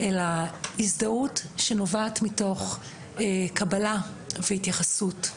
אלא הזדהות שנובעת מתוך קבלה והתייחסות.